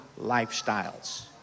lifestyles